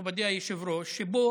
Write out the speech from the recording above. מכובדי היושב-ראש, שבו